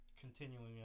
continuing